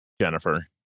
Jennifer